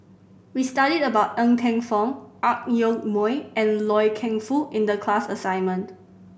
we studied about Ng Teng Fong Ang Yoke Mooi and Loy Keng Foo in the class assignment